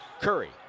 Curry